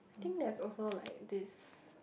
I think there's also like this